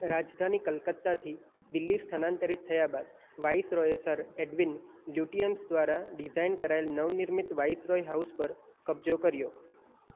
રાજધાની કલકત્તાથી દિલ્હી સ્થાનાંતરિત થયા બાદ વાઈસરોયે સર એડવિન લ્યુટિયન્સ દ્વારા ડિઝાઇન કરાયેલ નવનિર્મિત વાઈસરોય હાઉસ પર કબજો કર્યો